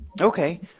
Okay